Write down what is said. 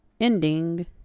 ending